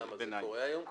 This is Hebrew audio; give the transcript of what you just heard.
למה, זה קורה היום ככה?